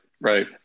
right